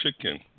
chicken